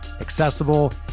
accessible